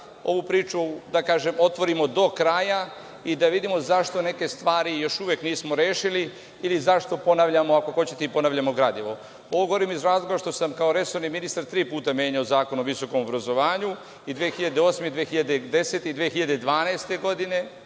ovu priču, da kažem, otvorimo do kraja i da vidimo zašto neke stvari još uvek nismo rešili ili zašto ponavljamo, ako hoćete, gradimo. Ovo govorim iz razloga što sam kao resorni ministar tri puta menjao Zakon o visokom obrazovanju, i 2008. i 2010. i 2012. godine.